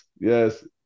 yes